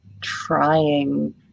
trying